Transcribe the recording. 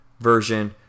version